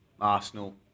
Arsenal